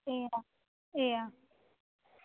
એહા એહા